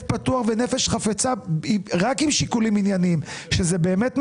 פתוח ובנפש חפצה רק עם שיקולים ענייניים שזה באמת מחזיק,